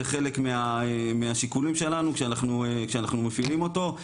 זה חלק מהשיקולים שלנו כשאנחנו מפעילים אותו,